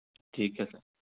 ठीक है सर